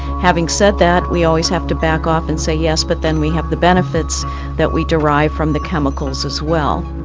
having said that we always have to back off and say yes, but then we have the benefits that we derive from the chemicals as well.